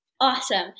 Awesome